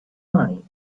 money